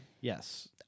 Yes